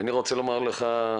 אני רוצה לומר לך,